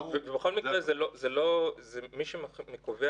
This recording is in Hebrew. ובכל זאת הוא גיבור